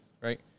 right